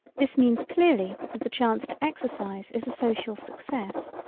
this means clearly that the chance to exercise is a social success.